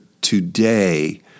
today